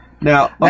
now